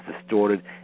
distorted